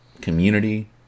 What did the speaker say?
community